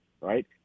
right